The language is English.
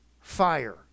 fire